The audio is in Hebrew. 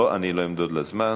לא, אני לא אמדוד לה זמן.